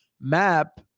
map